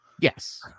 yes